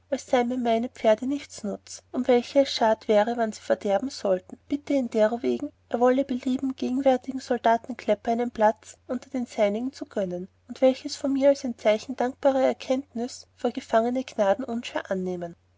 meine pferde nichts nutz um welche es schad wäre wann sie verderben sollten bitte ihn derowegen er wollte belieben gegenwärtigem soldatenklepper einen platz unter den seinigen zu gönnen und solches von mir als ein zeichen dankbarer erkanntnus vor empfangene gnaden unschwer annehmen